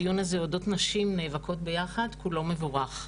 הדיון הזה אודות נשים נאבקות ביחד כולו מבורך.